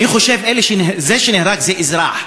אני חושב שזה שנהרג הוא אזרח.